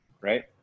Right